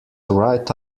write